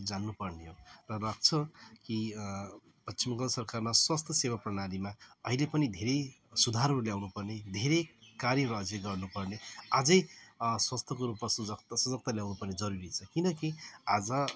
जान्नुपर्ने हो र लाग्छ कि पश्चिम बङ्गाल सरकारमा स्वास्थ्य सेवा प्रणालीमा अहिले पनि धेरै सुधारहरू ल्याउनुपर्ने धेरै कार्यहरू अझै गर्नुपर्ने अझै स्वास्थ्यको रूपमा सजगता सजगता ल्याउनुपर्ने जरुरी छ किनकि आज